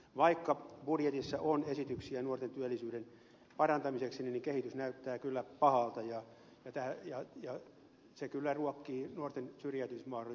vaikka budjetissa on esityksiä nuorten työllisyyden parantamiseksi niin kehitys näyttää kyllä pahalta ja se kyllä ruokkii nuorten syrjäytymismahdollisuutta